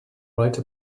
write